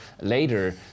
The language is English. later